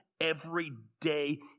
everyday